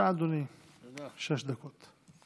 בבקשה, אדוני, שש דקות.